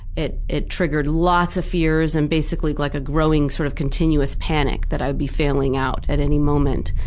it it triggered lots of fears and basically like a growing, sort of continuous panic that i'd be failing out at any moment.